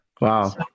Wow